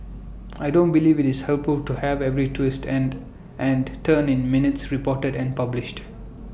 I don't believe IT is helpful to have every twist and and turn in minutes reported and published